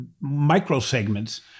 micro-segments